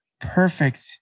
perfect